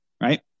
Right